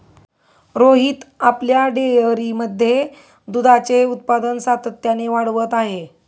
रोहित आपल्या डेअरीमध्ये दुधाचे उत्पादन सातत्याने वाढवत आहे